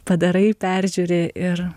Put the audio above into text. padarai peržiūri ir